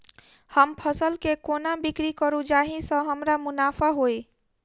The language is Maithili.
हम फसल केँ कोना बिक्री करू जाहि सँ हमरा मुनाफा होइ?